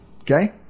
okay